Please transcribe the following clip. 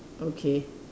okay